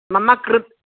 मम कृते